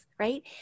right